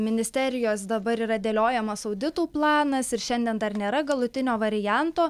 ministerijos dabar yra dėliojamas auditų planas ir šiandien dar nėra galutinio varianto